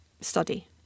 study